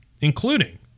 including